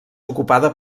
ocupada